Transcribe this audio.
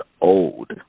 old